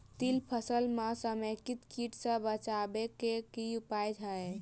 तिल फसल म समेकित कीट सँ बचाबै केँ की उपाय हय?